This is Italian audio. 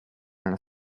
nella